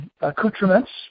accoutrements